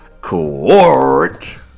court